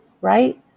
right